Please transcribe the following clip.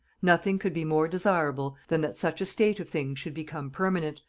nothing could be more desirable than that such a state of things should become permanent,